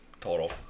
total